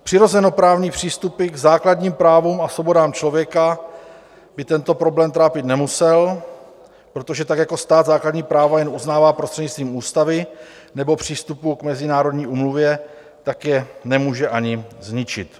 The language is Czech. Přirozenoprávní přístupy k základním právům a svobodám člověka by tento problém trápit nemusel, protože tak jako stát základní práva jen uznává prostřednictvím ústavy nebo přístupu k mezinárodní úmluvě, tak je nemůže ani zničit.